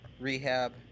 rehab